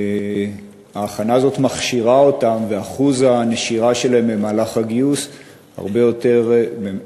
ההכנה הזאת מכשירה אותם ואחוז הנשירה שלהם במהלך הגיוס הרבה יותר קטן.